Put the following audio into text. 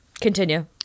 continue